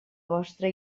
vostra